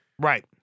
Right